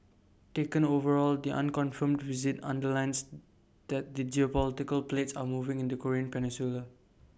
taken overall the unconfirmed visit underlines that the geopolitical plates are moving in the Korean peninsula